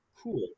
Cool